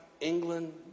England